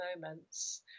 moments